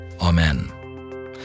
Amen